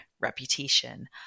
reputation